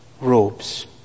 robes